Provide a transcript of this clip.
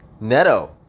Neto